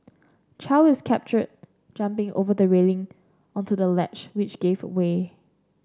Chow is captured jumping over the railing onto the ledge which gave away